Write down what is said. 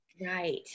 Right